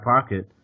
pocket